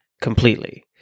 completely